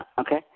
Okay